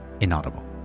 inaudible